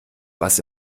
was